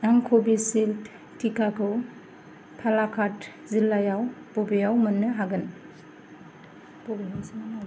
आं क'विसिल्द टिकाखौ पालाकाड जिल्लायाव बबेहाय मोननो हागोन